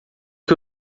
que